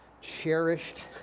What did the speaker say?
cherished